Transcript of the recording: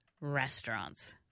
restaurants